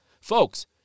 Folks